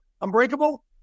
Unbreakable